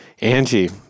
angie